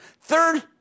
Third